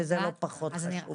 שזה לא פחות חשוב.